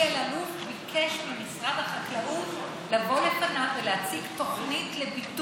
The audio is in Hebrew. אלי אלאלוף ביקש ממשרד החקלאות לבוא לפניו ולהציג תוכנית לביטול,